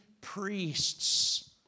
priests